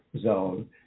zone